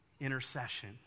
intercession